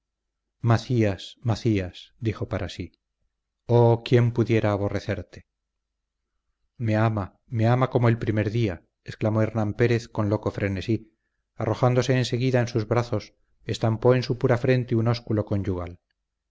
macías macías dijo para sí oh quién pudiera aborrecerte me ama me ama como el primer día exclamó hernán pérez con loco frenesí arrojándose en seguida en sus brazos estampó en su pura frente un ósculo conyugal